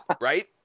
Right